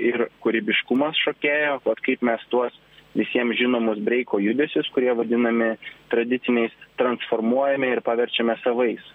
ir kūrybiškumas šokėjo vat kaip mes tuos visiem žinomus breiko judesius kurie vadinami tradiciniais transformuojame ir paverčiame savais